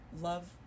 love